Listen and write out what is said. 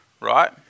right